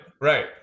Right